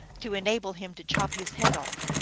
to enable him to chop his head off.